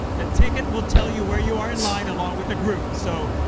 the ticket will tell you where you are in line along with a group. so,